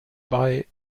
bei